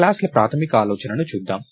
class ల ప్రాథమిక ఆలోచనను చూద్దాం